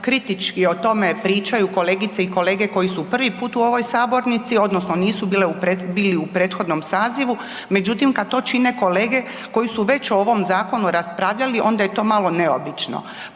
kritički o tome pričaju kolegice i kolege koji su prvi put u ovoj sabornici odnosno nisu bile, bili u prethodnom sazivu. Međutim, kad to čine kolege koji su već o ovom zakonu raspravljali onda je to malo neobično,